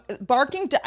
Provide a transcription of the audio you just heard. Barking